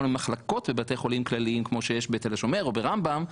למחלקות בבתי חולים כלליים כמו שיש בתל השומר או ברמב"ם,